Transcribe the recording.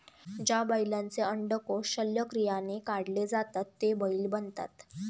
ज्या बैलांचे अंडकोष शल्यक्रियाने काढले जातात ते बैल बनतात